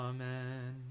Amen